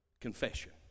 confession